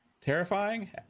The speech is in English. terrifying